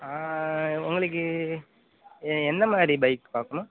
உங்களுக்கு ஏ என்ன மாதிரி பைக் பார்க்கணும்